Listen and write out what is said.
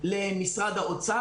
למשרד האוצר.